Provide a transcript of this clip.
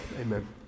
amen